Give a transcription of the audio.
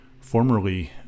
formerly